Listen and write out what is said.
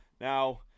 Now